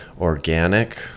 organic